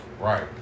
Right